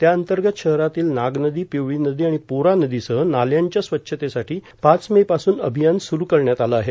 त्याअंतर्गत शहरातील नाग नदीए पिवळी नदी आणि पोरा नदीसह नाल्यांच्या स्वच्छतेसाठी पाच मे पासून अभियान सुरू करण्यात आलं आहे